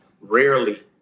rarely